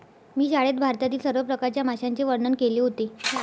मी शाळेत भारतातील सर्व प्रकारच्या माशांचे वर्णन केले होते